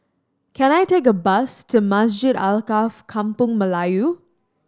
can I take a bus to Masjid Alkaff Kampung Melayu